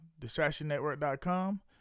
DistractionNetwork.com